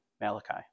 Malachi